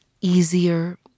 easier